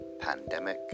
Pandemic